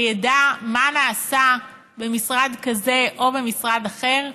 שידע מה נעשה במשרד כזה או במשרד אחר?